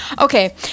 Okay